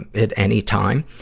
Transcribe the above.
and at any time.